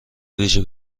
ویژه